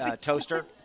toaster